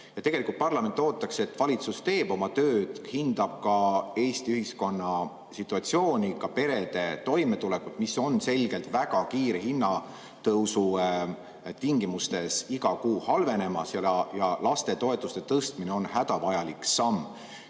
Tegelikult parlament ootaks, et valitsus teeb oma tööd, hindab ka Eesti ühiskonna situatsiooni, ka perede toimetulekut, mis on selgelt väga kiire hinnatõusu tingimustes iga kuu halvenemas. Ja lastetoetuste tõstmine on hädavajalik samm.